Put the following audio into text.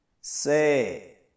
Say